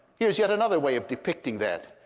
here's yet another way of depicting that.